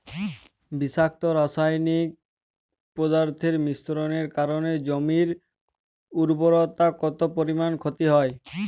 বিষাক্ত রাসায়নিক পদার্থের মিশ্রণের কারণে জমির উর্বরতা কত পরিমাণ ক্ষতি হয়?